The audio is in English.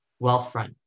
wealthfront